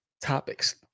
topics